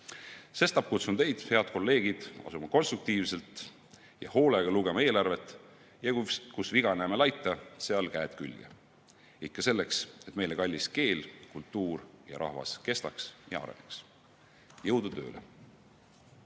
kutsun teid, head kolleegid, asuma konstruktiivselt ja hoolega lugema eelarvet. Kus viga näeme laita, seal käed külge! Ikka selleks, et meile kallis keel, kultuur ja rahvas kestaks ja areneks. Jõudu tööle!